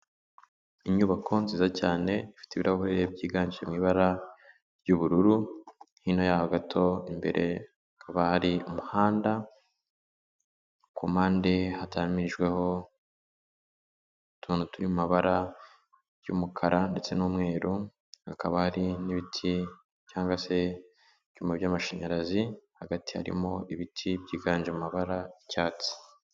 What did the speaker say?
Inyubako nziza cyane ifite ibirahure byiganje mu ibara ry'ubururu, hino yaho gato imbere hakaba hari umuhanda, ku mpande hatamirijweho utuntu turi mu mabara y'umukara ndetse n'umweru, hakaba hari n'ibiti cyangwa se ibyuma by'amashanyarazi, hagati harimo ibiti byiganje mu mabara y'icyatsi.